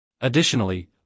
Additionally